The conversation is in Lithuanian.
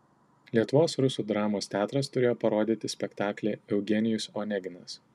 lietuvos rusų dramos teatras turėjo parodyti spektaklį eugenijus oneginas